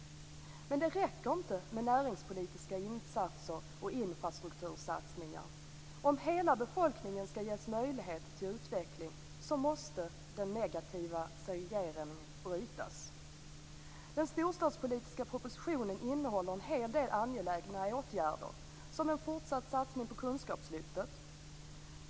Men det räcker inte med näringspolitiska insatser och infrastruktursatsningar. Om hela befolkningen skall ges möjlighet till utveckling måste den negativa segregeringen brytas. Den storstadspolitiska propositionen innehåller en hel del angelägna åtgärder, som en fortsatt satsning på kunskapslyftet.